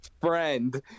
friend